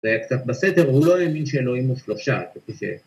זה היה קצת בסתר, הוא לא האמין שאלוהים הוא פלופשת, כפי ש...